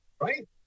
right